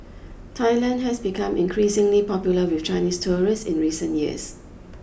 Thailand has become increasingly popular with Chinese tourists in recent years